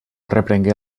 reprengué